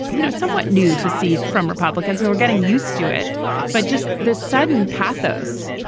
you know, somewhat new to see from republicans who are getting used to it but just the sudden pathos,